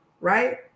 Right